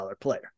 player